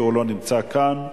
הוא לא נמצא כאן.